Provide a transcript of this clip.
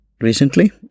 recently